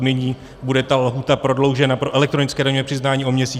Nyní bude ta lhůta prodloužena pro elektronické daňové přiznání o měsíc.